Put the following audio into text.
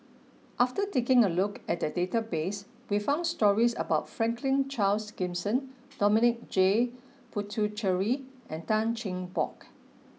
after taking a look at the database we found stories about Franklin Charles Gimson Dominic J Puthucheary and Tan Cheng Bock